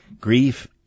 grief